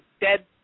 dead